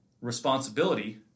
responsibility